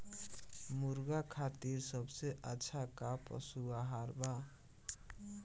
मुर्गा खातिर सबसे अच्छा का पशु आहार बा?